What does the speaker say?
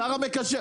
שר המקשר.